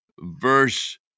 Verse